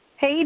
Hey